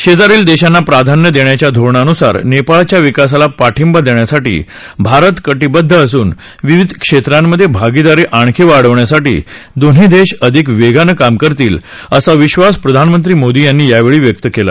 शेजारील देशांना प्राधान्य देण्याच्या धोरणान्सार नेपाळच्या विकासाला पाठिंबा देण्यासाठी भारत कटिबद्ध असून विविध क्षेत्रांमधे भागीदारी आणखी वाढवण्यासाठी दोन्ही देश अधिक वेगानं काम करतील असा विश्वास प्रधानमंत्री मोदी यांनी यावेळी व्यक्त केला